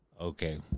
Okay